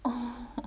oh